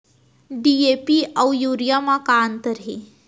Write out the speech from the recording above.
DAP अऊ urea म का अंतर हे?